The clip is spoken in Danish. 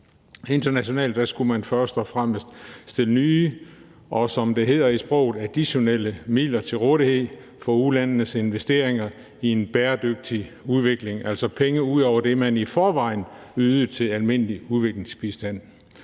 Internationalt skulle man først og fremmest stille nye, og som det hedder i det sprog, additionelle midler til rådighed for ulandenes investeringer i en bæredygtig udvikling, altså penge ud over det, man i forvejen ydede til almindelig udviklingsbistand.